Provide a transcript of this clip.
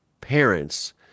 parents